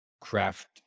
craft